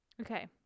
Okay